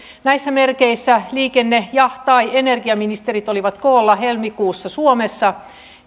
näissä merkeissä liikenne ja tai energiaministerit olivat koolla helmikuussa suomessa